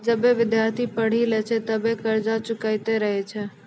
जबे विद्यार्थी पढ़ी लै छै तबे कर्जा चुकैतें रहै छै